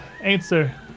answer